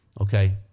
okay